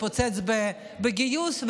התפוצץ בגיוס,